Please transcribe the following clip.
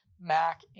Mac